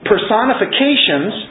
personifications